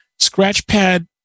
Scratchpad